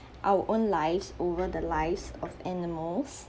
our own lives over the lives of animals